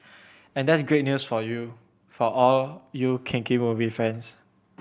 and that's great news for you for all you kinky movie fans